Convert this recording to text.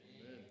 Amen